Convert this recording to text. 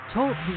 Talk